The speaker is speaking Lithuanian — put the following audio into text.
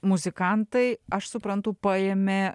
muzikantai aš suprantu paėmė